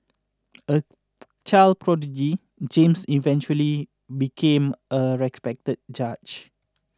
a child prodigy James eventually became a respected judge